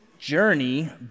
Journey